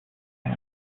man